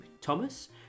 Thomas